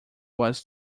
was